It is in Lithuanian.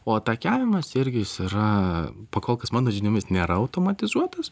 o atakiavimas irgi jis yra pokolkas mano žiniomis nėra automatizuotas